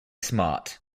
smart